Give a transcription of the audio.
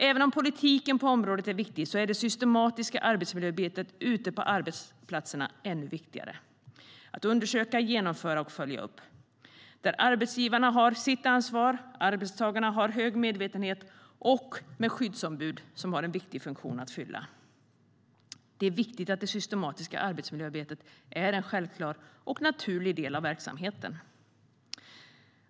Även om politiken på området är viktig är det systematiska arbetsmiljöarbetet ute på arbetsplatserna ännu viktigare - att undersöka, genomföra och följa upp - där arbetsgivaren har sitt ansvar och arbetstagarna har hög medvetenhet och där det finns skyddsombud, som har en viktig funktion att fylla. Det är viktigt att det systematiska arbetsmiljöarbetet är en självklar och naturlig del av verksamheten.